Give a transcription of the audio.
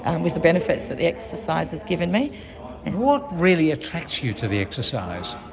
and with the benefits that the exercise has given me. and what really attracts you to the exercise?